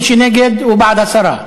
ומי שנגד הוא בעד הסרה.